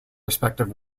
respective